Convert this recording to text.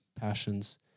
passions